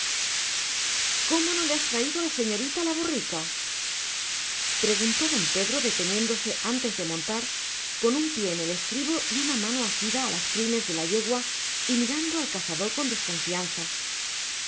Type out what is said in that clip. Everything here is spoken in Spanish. cómo no le has traído a la señorita la borrica preguntó don pedro deteniéndose antes de montar con un pie en el estribo y una mano asida a las crines de la yegua y mirando al cazador con desconfianza